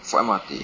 for mrt